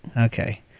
Okay